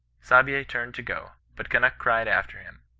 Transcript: saabye turned to go but kimnuk cried after him,